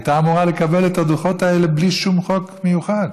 הייתה אמורה לקבל את הדוחות האלה בלי שום חוק מיוחד,